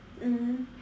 mmhmm